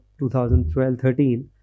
2012-13